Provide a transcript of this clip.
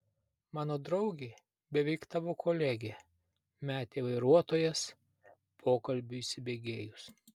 mano draugė beveik tavo kolegė metė vairuotojas pokalbiui įsibėgėjus